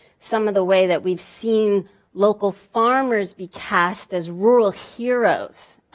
some of the way that we've seen local farmers be cast as rural heroes.